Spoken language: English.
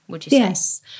Yes